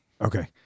Okay